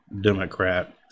Democrat